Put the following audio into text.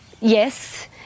Yes